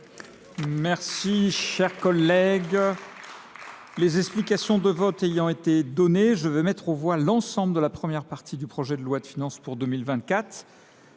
Merci, chers collègues. Les explications de vote ayant été données, je vais mettre au voie l'ensemble de la première partie du projet de loi de finances pour 2024.